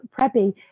prepping